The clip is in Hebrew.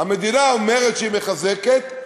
המדינה אומרת שהיא מחזקת,